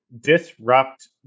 disrupt